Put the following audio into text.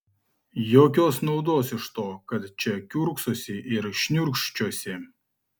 jokios naudos iš to kad čia kiurksosi ir šniurkščiosi